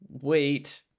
wait